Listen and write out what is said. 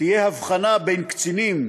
תהיה הבחנה בין קצינים,